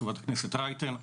חברת הכנסת רייטן,